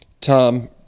Tom